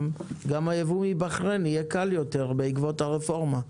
גם הייבוא מבחריין יהיה קל יותר בעקבות הרפורמה.